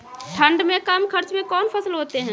ठंड मे कम खर्च मे कौन फसल होते हैं?